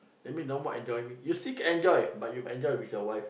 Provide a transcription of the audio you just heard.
that mean no more enjoyment you still can enjoy but you enjoy with your wife